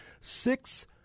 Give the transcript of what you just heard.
six